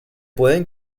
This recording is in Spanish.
pueden